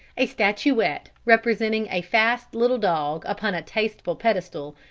a statuette representing a fast little dog upon a tasteful pedestal,